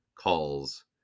calls